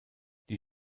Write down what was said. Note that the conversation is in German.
die